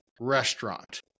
restaurant